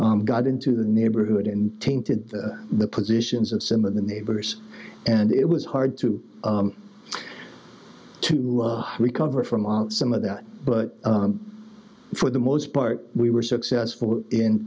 s got into the neighborhood and tainted the positions of some of the neighbors and it was hard to to recover from on some of that but for the most part we were successful in